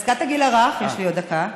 יש לי עוד דקה.